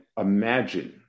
imagine